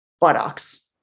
buttocks